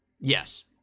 Yes